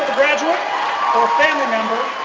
graduate, or a family member